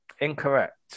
Incorrect